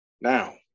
now